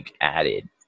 added